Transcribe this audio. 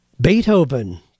Beethoven